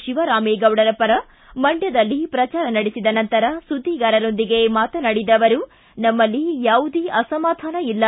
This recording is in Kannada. ಶಿವರಾಮೇಗೌಡರ ಪರ ಮಂಡ್ಕದಲ್ಲಿ ಪ್ರಚಾರ ನಡೆಸಿದ ನಂತರ ಸುದ್ದಿಗಾರರೊಂದಿಗೆ ಮಾತನಾಡಿದ ಅವರು ನಮ್ಮಲ್ಲಿ ಯಾವುದೇ ಅಸಮಾಧಾನ ಇಲ್ಲ